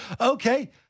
okay